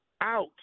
out